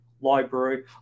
library